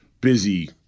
busy